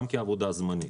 גם כעבודה זמנית.